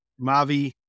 mavi